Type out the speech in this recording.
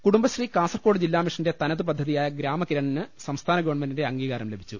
കുടുംബശ്രീ കാസർകോട് ജില്ലാ മിഷന്റെ തനത് പദ്ധതിയായ ഗ്രാമകിരണിന് സംസ്ഥാന ഗവൺമെന്റിന്റെ അംഗീകാരം ലഭിച്ചു